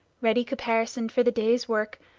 ready caparisoned for the day's work,